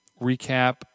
recap